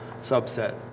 subset